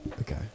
Okay